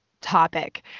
topic